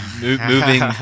moving